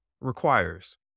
requires